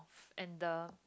and the